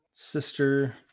Sister